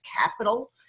capital